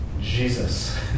Jesus